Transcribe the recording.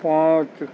پانچ